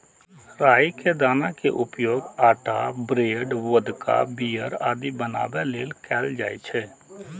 राइ के दाना के उपयोग आटा, ब्रेड, वोदका, बीयर आदि बनाबै लेल कैल जाइ छै